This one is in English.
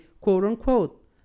quote-unquote